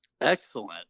Excellent